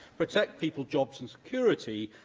protect people's jobs and security,